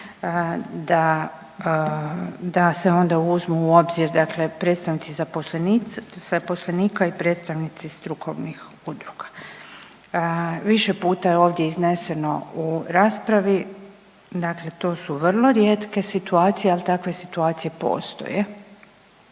da se onda uzmu u obzir predstavnici i zaposlenika i predstavnici strukovnih udruga. Više puta je ovdje izneseno u raspravi, dakle to su vrlo rijetke situacije, al takve situacije postoje.